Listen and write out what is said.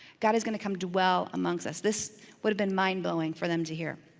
god is gonna come dwell amongst us. this would have been mind blowing for them to hear.